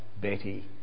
Betty